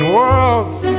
worlds